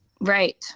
Right